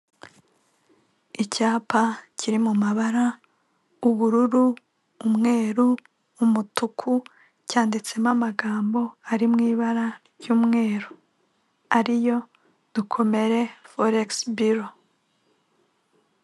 Icyapa kiri mu mabara ubururu, umweru, umutuku cyanditsemo amagambo ari mu ibara ry'umweru ariyo dukomere foregisi biro.